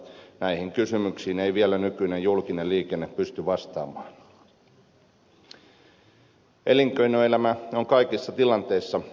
näihin kysymyksiin ei vielä nykyinen julkinen liikenne pysty vastaamaan